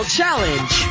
Challenge